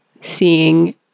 seeing